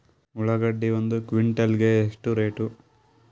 ಉಳ್ಳಾಗಡ್ಡಿ ಒಂದು ಕ್ವಿಂಟಾಲ್ ಗೆ ಎಷ್ಟು ರೇಟು?